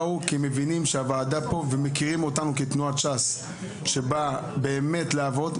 באו כי המבינים שהוועדה פה ומכירים אותנו כתנועת ש"ס שבאה באמת לעבוד,